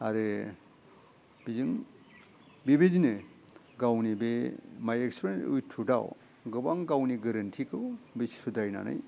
आरो बेजों बेबायदिनो गावनि बे माइ एक्सपिरियेन्स उइथ ट्रुथ आव गोबां गावनि गोरोन्थिखौ बे सुद्रायनानै